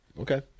okay